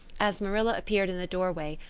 as marilla appeared in the doorway,